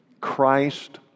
Christ